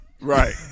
Right